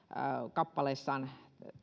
kappaleessaan esille